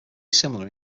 similar